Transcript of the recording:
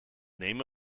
name